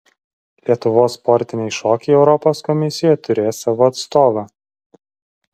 lietuvos sportiniai šokiai europos komisijoje turės savo atstovą